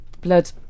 blood